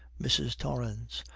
mrs. torrance.